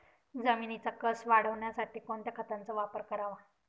जमिनीचा कसं वाढवण्यासाठी कोणत्या खताचा वापर करावा?